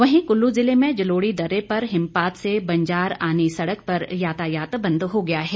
वहीं कुल्लू जिले में जलोड़ी दर्रे पर हिमपात से बंजार आनी सड़क पर यातायात बंद हो गया हैं